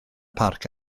parc